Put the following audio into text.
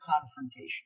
confrontation